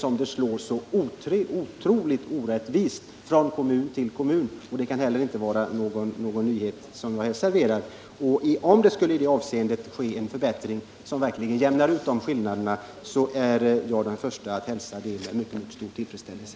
Att det slår så oerhört olika från kommun till kommun kan inte vara någon nyhet, och om det skulle ske en förbättring som verkligen jämnar ut de skillnader som finns i dag, så är jag den förste att hälsa detta med mycket mycket stor tillfredsställelse.